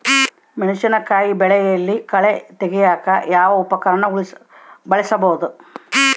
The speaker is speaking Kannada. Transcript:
ಮೆಣಸಿನಕಾಯಿ ಬೆಳೆಯಲ್ಲಿ ಕಳೆ ತೆಗಿಯಾಕ ಯಾವ ಉಪಕರಣ ಬಳಸಬಹುದು?